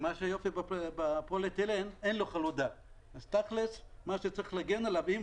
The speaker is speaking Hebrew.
מה שיפה בפוליאתילן זה שאין לו חלודה אז צריך להגן עליו אם